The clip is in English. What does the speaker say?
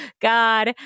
God